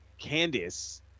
Candice